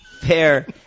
Fair